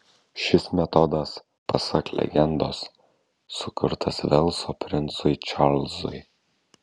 šis metodas pasak legendos sukurtas velso princui čarlzui